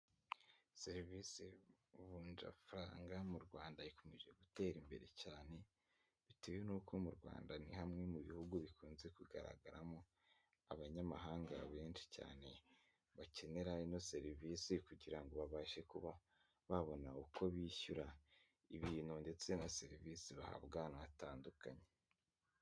Serivisi vunjafaranga mu Rwanda, ikomeje gutera imbere cyane, bitewe n'uko mu Rwanda ni hamwe mu bihugu bikunze kugaragaramo abanyamahanga benshi cyane, bakenera ino serivisi, kugira ngo babashe kuba babona uko bishyura ibintu, ndetse na serivisi bahabwa, ahantu hatandukanye.